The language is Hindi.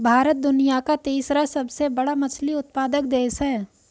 भारत दुनिया का तीसरा सबसे बड़ा मछली उत्पादक देश है